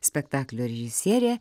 spektaklio režisierė